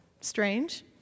strange